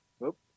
Nope